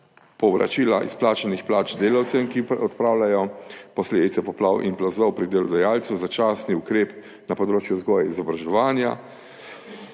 povračila izplačanih plač delavcem, ki odpravljajo posledice poplav in plazov pri delodajalcu, začasni ukrep na področju vzgoje in izobraževanja,